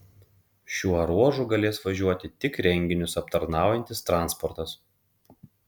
šiuo ruožu galės važiuoti tik renginius aptarnaujantis transportas